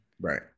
Right